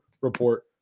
Report